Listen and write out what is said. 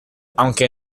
aunque